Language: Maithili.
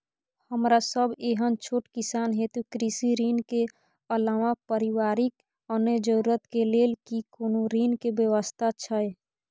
हमरा सब एहन छोट किसान हेतु कृषि ऋण के अलावा पारिवारिक अन्य जरूरत के लेल की कोनो ऋण के व्यवस्था छै?